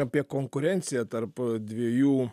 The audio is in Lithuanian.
apie konkurenciją tarp dviejų